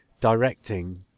directing